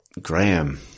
Graham